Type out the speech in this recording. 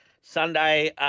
Sunday